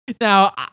Now